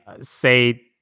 say